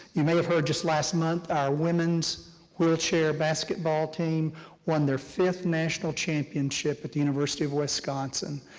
you may have heard just last month, our women's wheelchair basketball team won their fifth national championship at the university of wisconsin.